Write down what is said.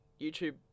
YouTube